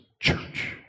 church